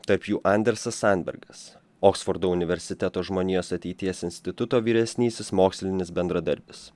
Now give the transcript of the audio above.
tarp jų andersas sambergas oksfordo universiteto žmonijos ateities instituto vyresnysis mokslinis bendradarbis